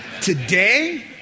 Today